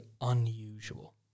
unusual